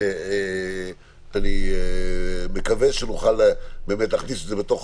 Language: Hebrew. אני מקווה שנוכל באמת להכניס את זה בתוך